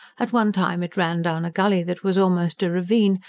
at one time it ran down a gully that was almost a ravine,